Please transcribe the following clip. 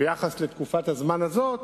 ביחס לתקופת הזמן הזאת